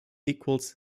equals